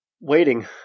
Waiting